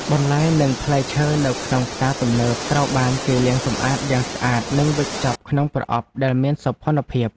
បន្លែនិងផ្លែឈើនៅក្នុងផ្សារទំនើបត្រូវបានគេលាងសម្អាតយ៉ាងស្អាតនិងវេចខ្ចប់ក្នុងប្រអប់ដែលមានសោភ័ណភាព។